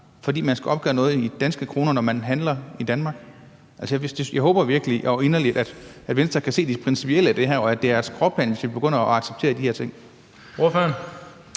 fordi man skal opgøre noget i danske kroner, når man handler i Danmark? Jeg håber virkelig inderligt, at Venstre kan se det principielle i det her, og at det er et skråplan, hvis vi begynder at acceptere de her ting.